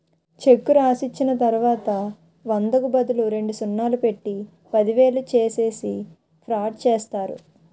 చెక్కు రాసిచ్చిన తర్వాత వందకు బదులు రెండు సున్నాలు పెట్టి పదివేలు చేసేసి ఫ్రాడ్ చేస్తారు